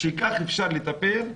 כך אפשר לטפל?